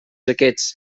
aquests